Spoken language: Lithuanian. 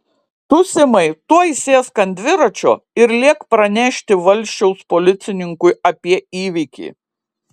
tu simai tuoj sėsk ant dviračio ir lėk pranešti valsčiaus policininkui apie įvykį